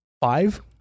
Five